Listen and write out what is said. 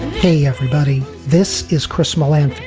hey, everybody, this is chris mowlam,